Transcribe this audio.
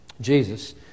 Jesus